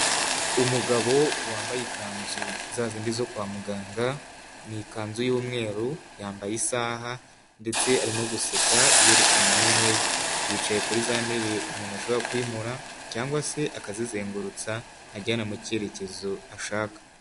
Umugabo wambaye ikanzu za zindi zo kwa muganga, ni ikanzu y'umweru yambaye n'isaha ndetse arimo guseka yerekana amenyo ye. Yicaye kuri za ntebe umuntu ashobora kwimura cyangwa se akazizizengurutsa ajyana mu cyerekezo ashaka.